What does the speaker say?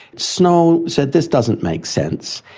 snow said this doesn't make sense.